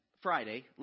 Friday